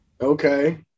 okay